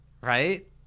right